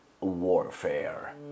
Warfare